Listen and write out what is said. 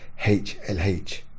HLH